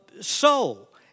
soul